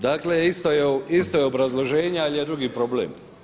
Dakle isto je obrazloženje, ali je drugi problem.